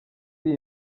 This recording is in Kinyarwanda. iri